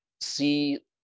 see